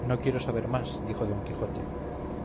no quiero saber más dijo don quijote